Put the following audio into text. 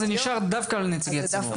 זה נשאר דווקא על נציגי הציבור.